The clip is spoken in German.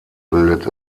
bildet